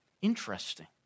Interesting